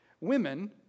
Women